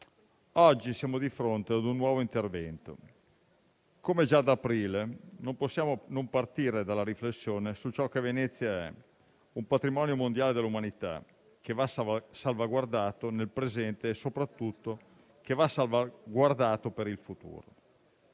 Oggi siamo di fronte a un nuovo intervento. Come già ad aprile, non possiamo non partire dalla riflessione su ciò che Venezia è: un patrimonio mondiale dell'umanità che va salvaguardato nel presente e soprattutto per il futuro.